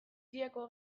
siriako